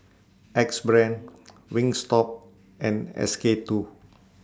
Axe Brand Wingstop and S K two